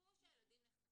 עזבו שהילדים נחשפים.